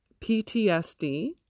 PTSD